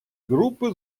группы